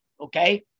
okay